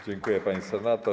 Dziękuję, pani senator.